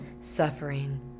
suffering